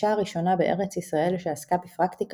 האישה הראשונה בארץ ישראל שעסקה בפרקטיקה